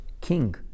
king